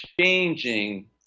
changing